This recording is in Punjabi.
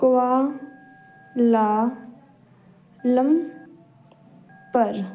ਕੋਆ ਲਾਲਮ ਪਰ